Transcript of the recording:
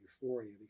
euphoria